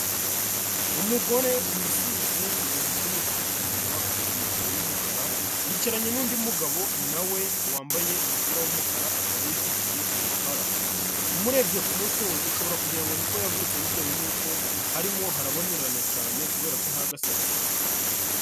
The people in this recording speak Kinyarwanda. Umugore wishyize ibintu by'umutuku ku munwa afite mikoro y'umukara, yicaranye n'undi mugabo nawe wambaye umupira w'umukara akaba yifitiye urupara, umurebye ku mutwe we ushobora kugira ngo niko yavutse bitewe nuko harimo harabonerana cyane kubera ko nta gasatsi.